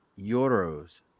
euros